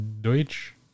Deutsch